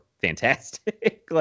fantastic